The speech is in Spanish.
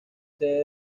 sede